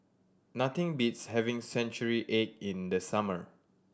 nothing beats having century egg in the summer